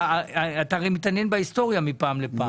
הרי מתעניין בהיסטוריה מפעם לפעם.